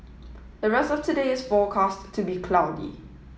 the rest of today is forecast to be cloudy